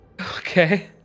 Okay